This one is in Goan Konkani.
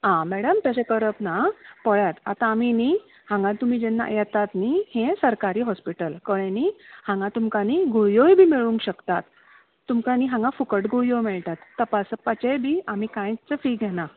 आ मॅडम तशें करप ना आ पळयात आतां आमी न्ही हांगा तुमी जेन्ना येतात न्ही हें सरकारी हॉस्पिटल कळ्ळें न्ही हांगा तुमकां न्ही गुळयोय बी मेळूंक शकतात तुमकां न्ही हांगा फुकट गुळयो मेळटात तपासपाचें बी आमी कांयच फी घेना